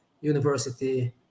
university